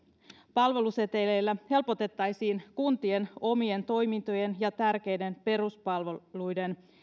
palveluseteleillä helpotettaisiin kuntien omien toimintojen ja tärkeiden peruspalveluiden